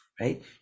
right